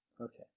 Okay